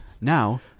now